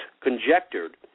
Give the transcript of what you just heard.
conjectured